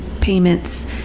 payments